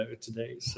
today